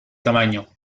tamaño